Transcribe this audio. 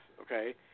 okay